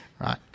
right